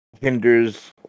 hinders